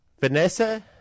Vanessa